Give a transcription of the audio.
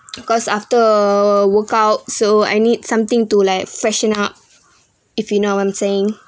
because after workout so I need something to like freshen up if you know what I'm saying